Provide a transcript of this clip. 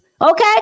Okay